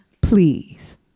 please